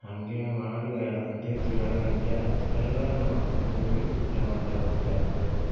ಹಾಗೆ ಮಾಡಿ ಎರಡು ಗಂಟೆ ಆಯಿತು ಎರಡು ಗಂಟೆ ಆದ ಮೇಲೆ ನಮ್ಮ ಅಕ್ಕವ್ರು ಮನೆಗೆ ಹೋಗಿ ಬಿಟ್ಟ ಡ್ರೈವರ್ ಕ್ಯಾಬ್ ಡ್ರೈವರು